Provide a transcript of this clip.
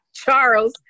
Charles